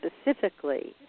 specifically